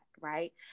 right